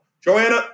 Joanna